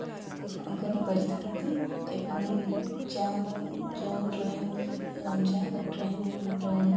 ଅଙ୍କନ କରିଥାନ୍ତି ଏବଂ ଯାହାର ଯେଉଁ ଡ୍ରଇଂ ଯାହାର ଡ୍ରଇଂର